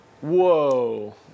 Whoa